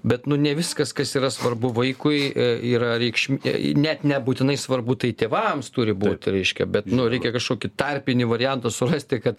bet nu ne viskas kas yra svarbu vaikui yra reikšmė net nebūtinai svarbu tai tėvams turi būti reiškia bet nu reikia kažkokį tarpinį variantą surasti kad